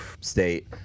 state